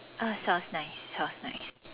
uh sounds nice sounds nice